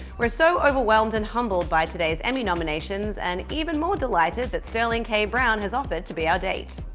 we're so overwhelmed and humbled by today's emmy nominations and even more delighted that sterlingkbrown has offered to be our date.